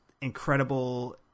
incredible